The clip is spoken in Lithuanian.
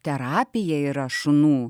terapija yra šunų